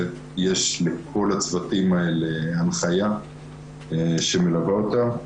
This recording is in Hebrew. יש לכל הצוותים הנחיה שמלווה אותם.